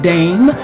Dame